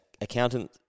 accountant